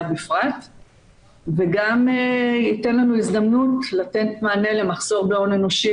בפרט וגם ייתן לנו הזדמנות לתת מענה למחסור בהון אנושי,